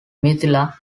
mithila